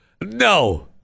No